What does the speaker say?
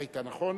נכון?